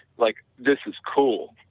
like this is cool,